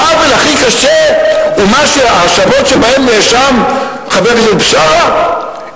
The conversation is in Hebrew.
העוול הכי קשה הוא ההאשמות שבהן נאשם חבר הכנסת בשארה?